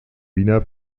wiener